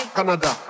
Canada